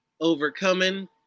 overcoming